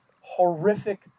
Horrific